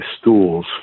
stools